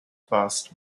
passed